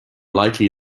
likely